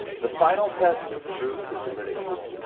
the final test of truth is ridicule.